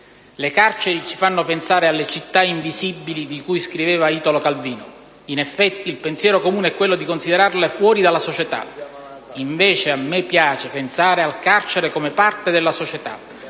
Le carceri ci fanno pensare alle città invisibili di cui scriveva Italo Calvino. In effetti, il pensiero comune è quello di considerarle fuori dalla società; invece, a me piace pensare al carcere come parte della società,